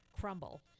crumble